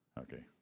Okay